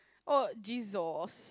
oh Jesus